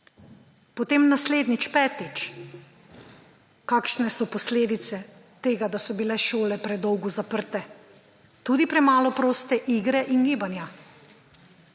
Potem naslednjič, petič, kakšne so posledice tega, da so bile šole predolgo zaprte. Tudi premalo proste igre in gibanja.